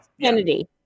Kennedy